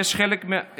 חברת הכנסת גולן, זה